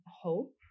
hope